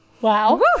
wow